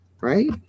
right